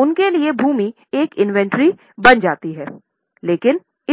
उनके लिए भूमि एक इंवेंट्री के रूप में